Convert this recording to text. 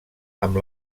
amb